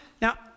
Now